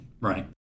Right